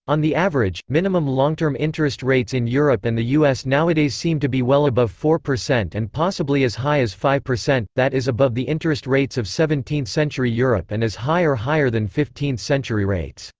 on the average, minimum long-term interest rates in europe and the u s. nowadays seem to be well above four percent and possibly as high as five percent that is above the interest rates of seventeenth-century europe and as high or higher than fifteenth-century rates.